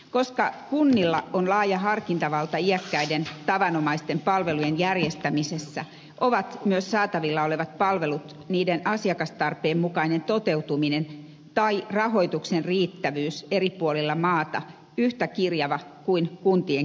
koska kunnilla on laaja harkintavalta iäkkäiden tavanomaisten palvelujen järjestämisessä ovat myös saatavilla olevat palvelut niiden asiakastarpeen mukainen toteutuminen tai rahoituksen riittävyys eri puolilla maata yhtä kirjavia kuin kuntien kirjokin